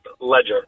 ledger